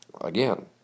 again